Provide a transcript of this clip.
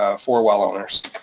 ah for well owners.